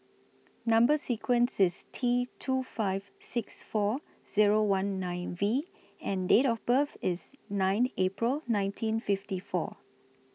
Number sequence IS T two five six four Zero one nine V and Date of birth IS nine April nineteen fifty four